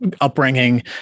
upbringing